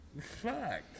fuck